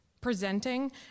presenting